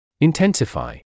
Intensify